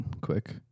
quick